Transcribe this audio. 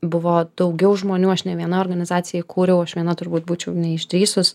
buvo daugiau žmonių aš ne viena organizaciją įkūriau aš viena turbūt būčiau neišdrįsus